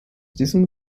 diesem